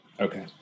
okay